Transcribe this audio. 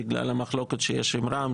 בגלל המחלוקת שיש עם רע"מ,